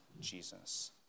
Jesus